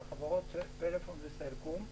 על חברות פלאפון וסלקום,